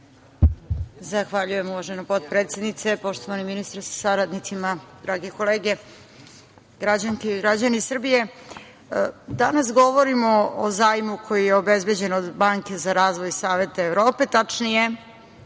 Zahvaljujem, uvažena potpredsednice. Poštovani ministre sa saradnicima, drage kolege, građanke i građani Srbije, danas govorimo o zajmu koji je obezbeđen od Banke za razvoj Saveta Evrope, tačnije